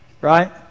Right